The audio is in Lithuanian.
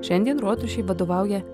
šiandien rotušei vadovauja